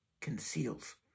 conceals